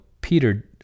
peter